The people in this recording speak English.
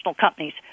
companies